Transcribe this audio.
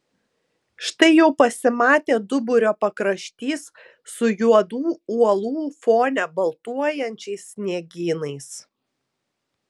štai jau pasimatė duburio pakraštys su juodų uolų fone baltuojančiais sniegynais